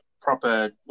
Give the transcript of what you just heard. proper